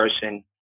person